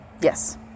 Yes